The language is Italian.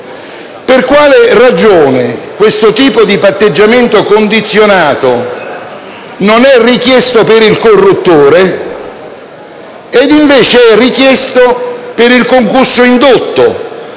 per quale ragione questo tipo di patteggiamento condizionato non è richiesto per il corruttore, mentre lo è per il concusso indotto,